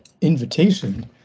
invitation